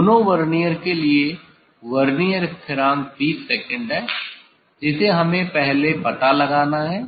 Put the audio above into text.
दोनों वर्नियर के लिए वर्नियर स्थिरांक 20 सेकंड है जिसे हमें पहले पता लगाना है